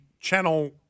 channel